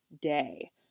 day